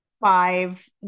five